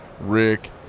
Rick